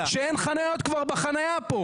שאין חניות בחניה פה.